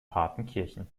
partenkirchen